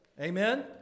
Amen